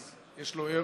אז יש לו ערך,